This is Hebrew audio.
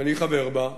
שאני חבר בה,